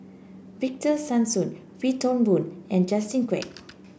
Victor Sassoon Wee Toon Boon and Justin Quek